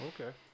Okay